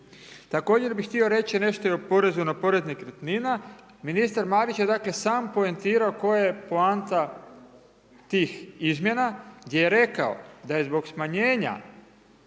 Također bih htio reći nešto i o porezu na porez nekretnina. Ministar Marić je dakle, sam poentirao koja je poanta tih izmjena gdje je rekao da je zbog smanjenja